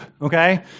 Okay